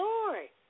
Lord